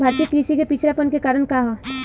भारतीय कृषि क पिछड़ापन क कारण का ह?